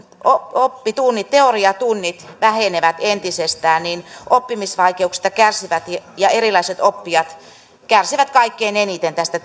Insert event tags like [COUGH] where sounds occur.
oppitunnit teoriatunnit vähenevät entisestään oppimisvaikeuksista kärsivät ja ja erilaiset oppijat kärsivät kaikkein eniten tästä [UNINTELLIGIBLE]